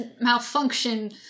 malfunction